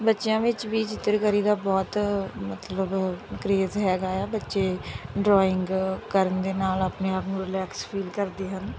ਬੱਚਿਆਂ ਵਿੱਚ ਵੀ ਚਿੱਤਰਕਾਰੀ ਦਾ ਬਹੁਤ ਮਤਲਬ ਕਰੇਜ ਹੈਗਾ ਆ ਬੱਚੇ ਡਰਾਇੰਗ ਕਰਨ ਦੇ ਨਾਲ ਆਪਣੇ ਆਪ ਨੂੰ ਰਿਲੈਕਸ ਫੀਲ ਕਰਦੇ ਹਨ